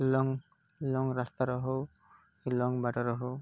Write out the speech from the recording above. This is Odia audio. ଲଙ୍ଗ ଲଙ୍ଗ ରାସ୍ତାର ହଉ କି ଲଙ୍ଗ ବାଟର ହଉ